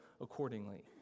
accordingly